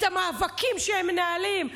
המאבקים שהם מנהלים.